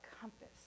compass